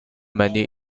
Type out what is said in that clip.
many